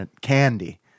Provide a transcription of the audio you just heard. candy